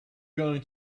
going